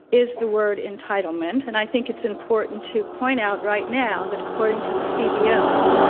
is the word entitlement. and i think it's important to point out right now that according to the cbo,